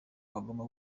hagomba